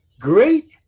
Great